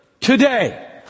today